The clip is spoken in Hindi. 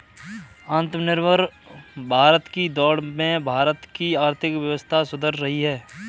आत्मनिर्भर भारत की दौड़ में भारत की आर्थिक व्यवस्था सुधर रही है